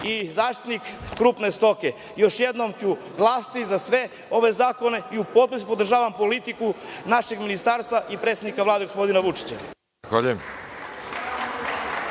i zaštitnik krupne stoke. Još jednom ću glasati za sve ove zakone i u potpunosti podržavam politiku našeg Ministarstva i predsednika Vlade gospodina Vučića.